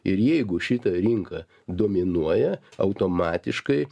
ir jeigu šita rinka dominuoja automatiškai